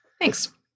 Thanks